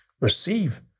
receive